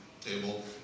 table